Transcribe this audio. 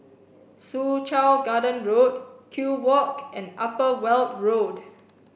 Soo Chow Garden Road Kew Walk and Upper Weld Road